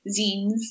zines